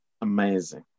amazing